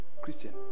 Christian